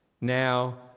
now